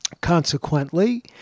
Consequently